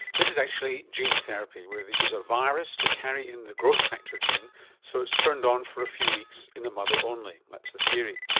this is actually gene therapy where they use a virus to carry in the growth factor gene so it's turned on for a few weeks in the mother only. that's the theory.